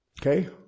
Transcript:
Okay